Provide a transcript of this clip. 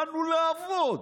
באנו לעבוד.